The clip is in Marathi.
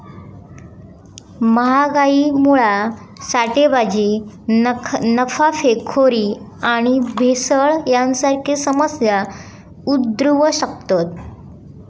महागाईमुळा साठेबाजी, नफाखोरी आणि भेसळ यांसारखे समस्या उद्भवु शकतत